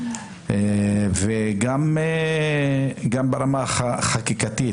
גם ברמה החקיקתית,